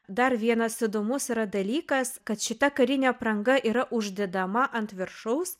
dar vienas įdomus yra dalykas kad šita karinė apranga yra uždedama ant viršaus